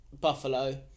buffalo